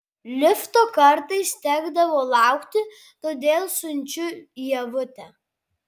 lifto kartais tekdavo laukti todėl siunčiu ievutę